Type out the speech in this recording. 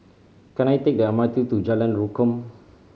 can I take the M R T to Jalan Rukam